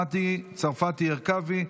מטי צרפתי הרכבי,